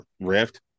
Rift